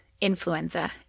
influenza